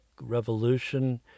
revolution